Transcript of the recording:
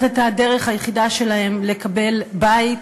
וזאת הייתה הדרך היחידה שלהן לקבל בית,